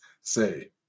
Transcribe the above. say